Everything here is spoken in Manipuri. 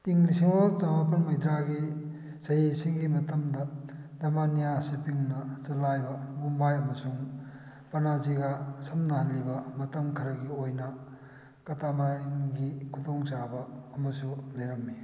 ꯏꯪ ꯂꯁꯤꯡ ꯑꯃꯒ ꯆꯃꯥꯄꯜ ꯃꯩꯗ꯭ꯔꯥꯒꯤ ꯆꯍꯤꯁꯤꯡꯒꯤ ꯃꯇꯝꯗ ꯗꯃꯥꯅꯤꯌꯥ ꯁꯤꯞꯄꯤꯡꯅ ꯆꯂꯥꯏꯕ ꯃꯨꯝꯕꯥꯏ ꯑꯃꯁꯨꯡ ꯄꯅꯥꯖꯤꯒ ꯁꯝꯅꯍꯜꯂꯤꯕ ꯃꯇꯝ ꯈꯔꯒꯤ ꯑꯣꯏꯅ ꯀꯇꯥꯃꯥꯔꯟꯒꯤ ꯈꯨꯗꯣꯡꯆꯥꯕ ꯑꯃꯁꯨ ꯂꯩꯔꯝꯃꯤ